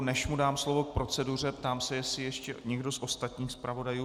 Než mu dám slovo k proceduře, ptám se, jestli ještě někdo z ostatních zpravodajů.